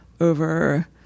over